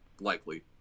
likely